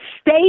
state